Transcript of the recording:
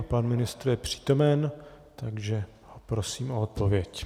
Pan ministr je přítomen, takže prosím o odpověď.